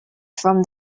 from